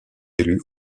élu